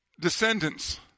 descendants